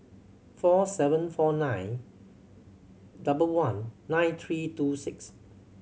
four seven four nine double one nine three two six